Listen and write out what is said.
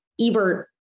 Ebert